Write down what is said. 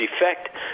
effect